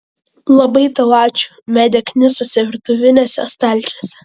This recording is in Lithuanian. labai tau ačiū medė knisosi virtuviniuose stalčiuose